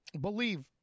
believe